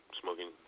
smoking